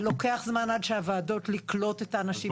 זה לוקח זמן עד שהוועדות, לקלוט את האנשים.